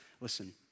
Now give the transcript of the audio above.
Listen